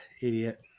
Idiot